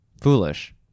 Foolish